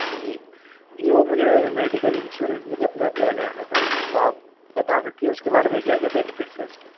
جی جی وہ مجھے میڈیکل انشورنس مجھے اپنا اپلائی کرانا تھا تو آپ بتا سکتی ہو اس کے بارے میں کیا کیا بینیفٹس ہیں اس کے